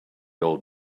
old